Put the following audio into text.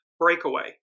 Breakaway